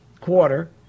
quarter